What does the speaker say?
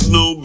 no